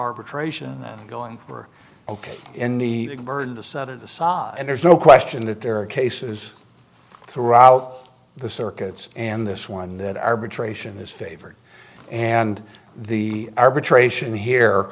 arbitration going we're ok in the bird to set it aside and there's no question that there are cases throughout the circuits and this one that arbitration is favored and the arbitration here